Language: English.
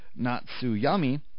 natsuyami